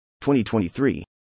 2023